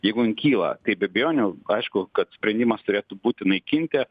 jeigu jin kyla tai be abejonių aišku kad sprendimas turėtų būti naikinti